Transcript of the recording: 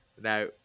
now